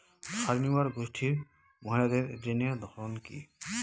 স্বনির্ভর গোষ্ঠীর মহিলাদের ঋণের ধরন কি?